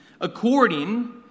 according